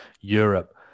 Europe